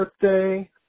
birthday